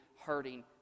hurting